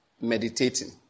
Meditating